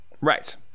right